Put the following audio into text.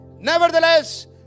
Nevertheless